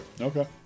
Okay